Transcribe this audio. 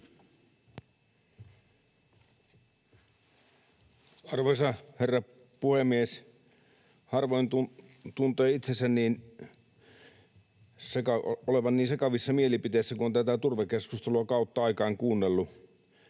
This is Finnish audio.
Arvoisa herra puhemies! Harvoin tuntee itsensä olevan niin sekavissa mielipiteissä kuin nyt, kun tätä turvekeskustelua on kautta aikain kuunnellut.